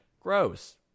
Gross